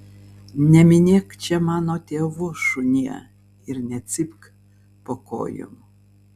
neminėk čia mano tėvų šunie ir necypk po kojom